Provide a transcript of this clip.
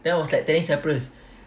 then I was like